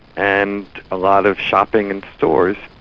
and a lot of shopping and stores,